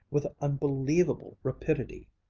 with unbelievable rapidity.